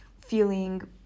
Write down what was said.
feeling